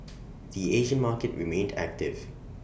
the Asian market remained active